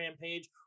page